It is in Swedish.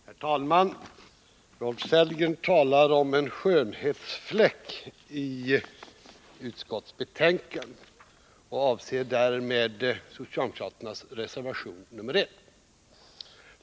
Herr talman! Rolf Sellgren talar om en skönhetsfläck i utskottsbetänkandet och avser därmed socialdemokraternas reservation nr 1.